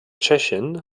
tschechien